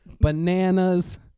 bananas